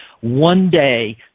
one-day